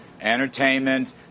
entertainment